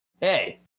Hey